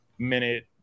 minute